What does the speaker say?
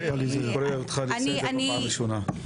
פרופ' הראל, אני קורא אותך לסדר בפעם ראשונה.